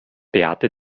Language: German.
beate